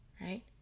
right